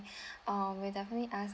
uh we'll definitely ask